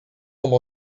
tombe